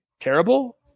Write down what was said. terrible